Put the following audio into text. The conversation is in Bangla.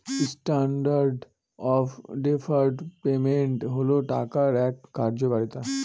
স্ট্যান্ডার্ড অফ ডেফার্ড পেমেন্ট হল টাকার এক কার্যকারিতা